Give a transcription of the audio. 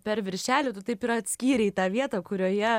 per viršelį tu taip ir atskyrei tą vietą kurioje